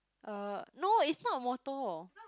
uh no it's not motor